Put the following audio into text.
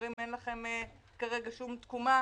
אומרים: אין לכם כרגע שום תקומה,